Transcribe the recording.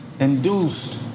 induced